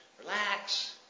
Relax